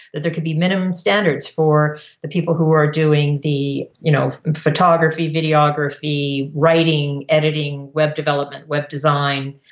that there could be minimum standards for the people who were doing the you know photography, videography, writing, editing, web development, web design,